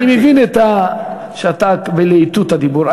אנין מבין שאתה בלהיטות הדיבור.